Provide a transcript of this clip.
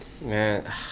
Man